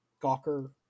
gawker